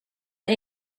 det